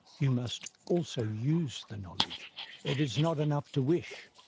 you must also use the knowledge it is not enough to wish,